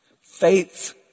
Faith